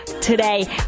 today